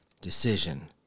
decision